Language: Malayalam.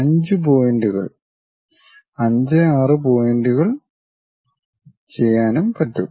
5 പോയിന്റുകൾ 5 6 പോയിന്റുകൾ ട്രാക്കു ചെയ്യാനും പറ്റും